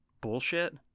bullshit